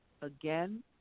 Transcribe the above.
again